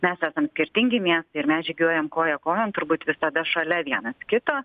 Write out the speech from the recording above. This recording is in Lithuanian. mes esam skirtingi miestai ir mes žygiuojam koja kojon turbūt visada šalia vienas kito